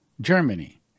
Germany